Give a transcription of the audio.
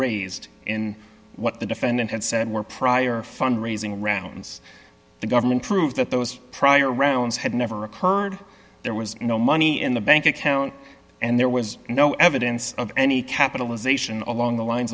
raised in what the defendant had said were prior fund raising rounds the government proved that those prior rounds had never occurred there was no money in the bank account and there was no evidence of any capitalization along the lines